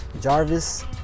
Jarvis